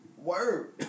Word